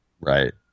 Right